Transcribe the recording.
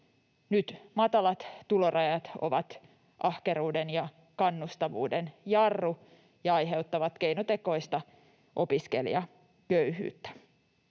Nyt matalat tulorajat ovat ahkeruuden ja kannustavuuden jarru ja aiheuttavat keinotekoista opiskelijaköyhyyttä.